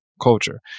culture